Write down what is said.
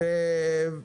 אין בעיה.